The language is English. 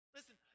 Listen